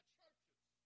churches